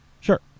Sure